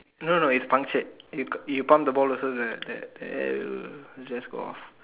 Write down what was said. no no no it's punctured you you pump the ball also the the air will just go off